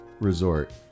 resort